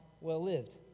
well-lived